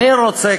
אני רוצה,